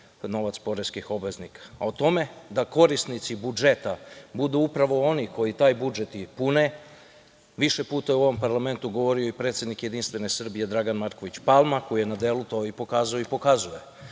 novac poreskih obveznika, a o tome da korisnici budžeta budu upravo oni koji taj budžet i pune više puta je u ovom parlamentu govorio i predsednik JS Dragan Marković Palma koji je na delu to pokazao i pokazuje. Na